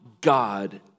God